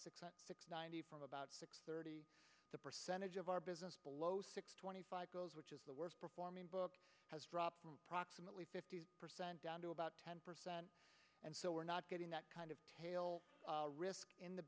sixty six ninety from about six thirty the percentage of our business below six twenty five goes which is the worst performing book has dropped proximately fifty percent down to about ten percent and so we're not getting that kind of tail risk in the